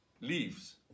leaves